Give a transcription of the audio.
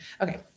Okay